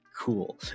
cool